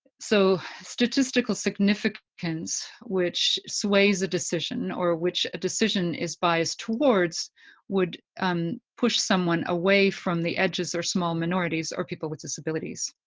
so statistical significance which sways a decision or which a decision is biased towards would um push someone away from the edges, or small minorities, or people with disabilities.